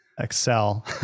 Excel